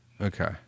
Okay